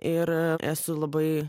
ir esu labai